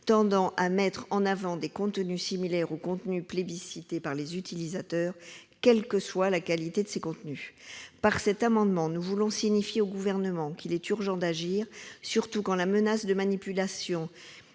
tendant à mettre en avant des contenus similaires à ceux que plébiscitent les utilisateurs, quelle que soit leur qualité. Par cet amendement, nous voulons signifier au Gouvernement qu'il est urgent d'agir, alors que plane la menace de manipulation